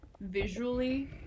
visually